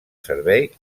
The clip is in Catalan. servei